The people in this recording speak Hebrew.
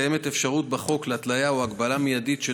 קיימת אפשרות בחוק להתליה או הגבלה מיידית של